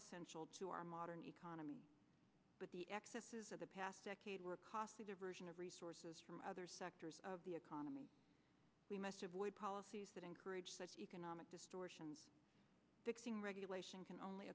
essential to our modern economy but the excesses of the past decade were costly diversion of resources from other sectors of the economy we must boy policies that encourage economic distortion fixing regulation can only